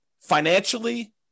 financially